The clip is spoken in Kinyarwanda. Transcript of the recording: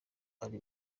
ari